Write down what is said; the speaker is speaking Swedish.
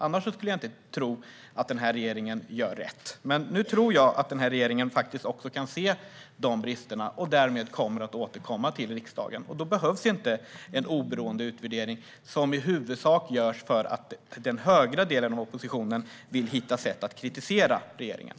Annars skulle jag inte tro att den här regeringen gör rätt, men nu tror jag att regeringen kan se dessa brister och att man därmed kommer att återkomma till riksdagen. Då behövs det inte någon oberoende utvärdering, som i huvudsak skulle göras för att den högra delen av oppositionen vill hitta sätt att kritisera regeringen.